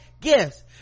gifts